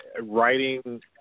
writing